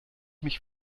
mich